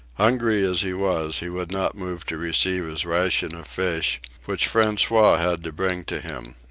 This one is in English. hungry as he was, he would not move to receive his ration of fish, which francois had to bring to him.